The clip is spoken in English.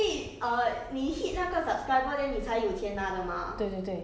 orh okay ya ya some people they they have this program ah